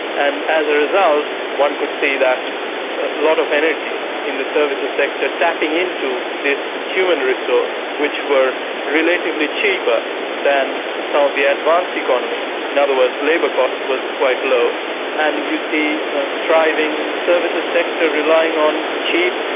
and as a result one could say that a lot of energy in the services sector tapping into this human resource, which were relatively cheaper than some of the advanced economies. in other words, labour cost was quite low and you see a thriving services sector relying on cheap,